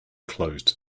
closed